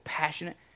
passionate